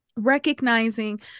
recognizing